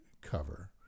cover